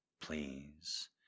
please